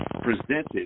presented